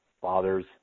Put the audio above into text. fathers